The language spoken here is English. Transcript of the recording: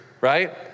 right